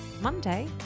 Monday